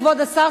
כבוד השר,